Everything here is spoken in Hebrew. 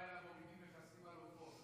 היום בלילה מורידים מכסים על עופות,